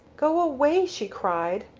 go away, she cried,